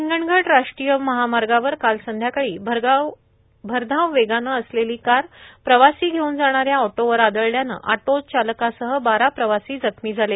हिंगणघाट राष्ट्रीय महामार्गावर काल संध्याकाळी भरधाव वेगानं असलेली कार प्रवासी घेऊन जाणाऱ्या ऑटोवर आदळल्यानं ऑटो चालकासह बारा प्रवाशी जखमी झाले